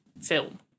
film